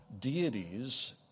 deities